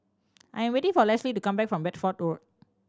I am waiting for Lesli to come back from Bedford Road